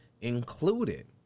included